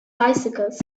bicycles